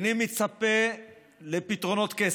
איני מצפה לפתרונות קסם,